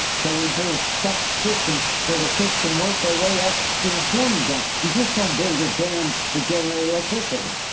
so, we build a step system where the fish can work their way up to the spawning grounds. you just don't build a dam to generate electricity.